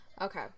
Okay